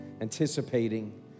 anticipating